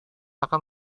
akan